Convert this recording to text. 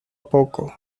poco